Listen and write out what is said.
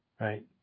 right